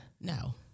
no